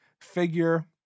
figure